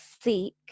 seek